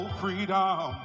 freedom